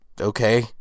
okay